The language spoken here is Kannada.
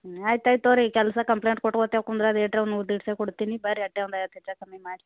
ಆಯ್ತು ಆಯ್ತು ತೊಗೋಳ್ರೀ ಈ ಕೆಲಸ ಕಂಪ್ಲೇಂಟ್ ಕೊಟ್ಕೋತಾ ಕುಂದ್ರದ್ ಎಟ್ರೆ ಒಂದು ಮೂರು ದಿವಸ ಕೊಡ್ತೀನಿ ಬರ್ರಿ ಅಷ್ಟೆ ಒಂದು ಐವತ್ತು ಹೆಚ್ಚು ಕಮ್ಮಿ ಮಾಡಿರಿ